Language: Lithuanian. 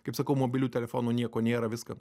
kaip sakau mobilių telefonų nieko nėra viska